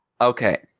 okay